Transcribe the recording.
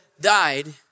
died